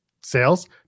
sales